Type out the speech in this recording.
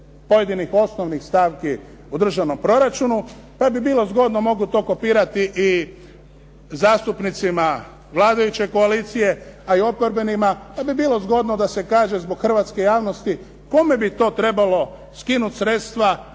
pojedinih osnovnih stavki u državnom proračunu, pa bi bio zgodno, mogu to kopirati, zastupnicima vladajuće koalicije a i oporbenima da bi bilo zgodno da se kaže zbog hrvatske javnosti kome bi to trebalo skinuti sredstva